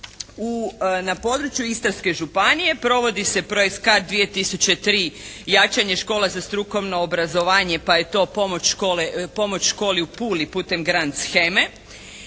na području Istarske županije provodi se projekt CARDS 2003. jačanje škola za strukovno obrazovanje pa je to pomoć školi u Puli putem "grad sheme",